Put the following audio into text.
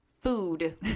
food